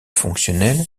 fonctionnel